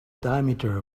diameter